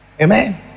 Amen